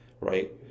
right